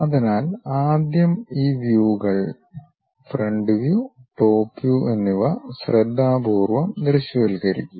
അതിനാൽ ആദ്യം ഈ വ്യൂകൾ ഫ്രണ്ട് വ്യൂ ടോപ് വ്യൂ എന്നിവ ശ്രദ്ധാപൂർവ്വം ദൃശ്യവൽക്കരിക്കുക